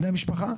בני משפחה?